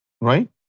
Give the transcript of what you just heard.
right